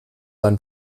einen